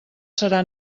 serà